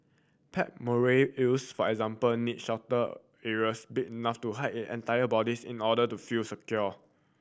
pet moray eels for example need shelter areas big enough to hide it entire bodies in order to feel secure